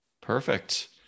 Perfect